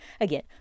again